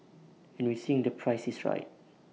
and we think the price is right